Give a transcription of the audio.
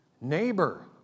Neighbor